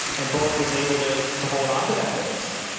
and bullock was able to to hold onto that race.